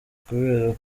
kubera